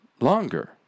longer